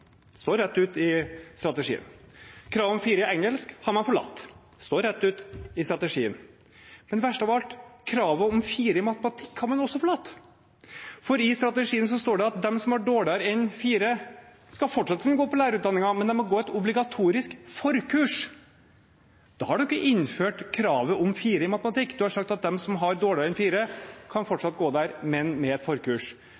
står rett ut i strategien. Kravet om 4 i engelsk har man forlatt. Det står rett ut i strategien. Men verst av alt: Kravet om 4 i matematikk har man også forlatt, for i strategien står det at de som har dårligere enn 4, fortsatt skal kunne gå på lærerutdanningen, men de må gå et obligatorisk forkurs. Da har man ikke innført kravet om 4 i matematikk, man har sagt at de som har dårligere enn 4, fortsatt kan